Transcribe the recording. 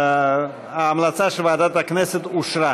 ההמלצה של ועדת הכנסת אושרה.